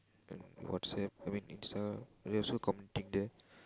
and WhatsApp I mean Insta we also communicating there